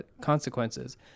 consequences